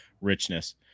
richness